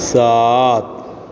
सात